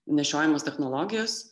nešiojamas technologijas